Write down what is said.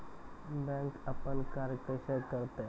Bank अपन कार्य कैसे करते है?